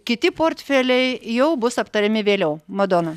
kiti portfeliai jau bus aptariami vėliau madona